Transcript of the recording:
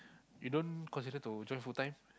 you don't consider to join full time